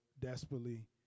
desperately